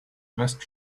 best